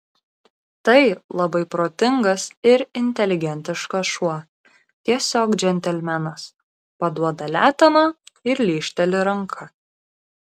tai labai protingas ir inteligentiškas šuo tiesiog džentelmenas paduoda leteną ir lyžteli ranką